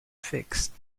fixed